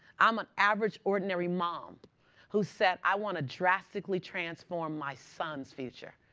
i'm an average ordinary mom who said, i want to drastically transform my son's future.